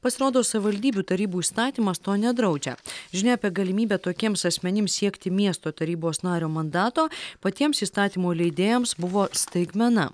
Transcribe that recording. pasirodo savivaldybių tarybų įstatymas to nedraudžia žinia apie galimybę tokiems asmenims siekti miesto tarybos nario mandato patiems įstatymų leidėjams buvo staigmena